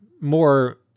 more